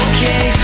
Okay